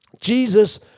Jesus